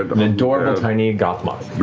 an adorable tiny goth moth.